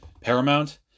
paramount